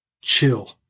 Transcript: chill